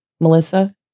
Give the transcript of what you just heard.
Melissa